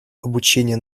обучения